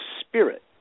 spirit